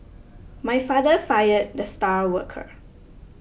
my father fired the star worker